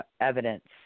evidence